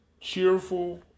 cheerful